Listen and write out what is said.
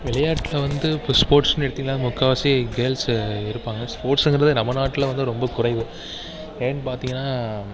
விளையாட்டில் வந்து இப்போ ஸ்போர்ட்ஸ்னு எடுத்தீங்கன்னால் முக்கால்வாசி கேர்ள்ஸு இருப்பாங்க ஸ்போர்ட்ஸுங்கறது நம்ம நாட்டில் வந்து ரொம்ப குறைவு ஏன்னு பார்த்தீங்கன்னா